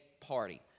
party